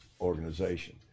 organization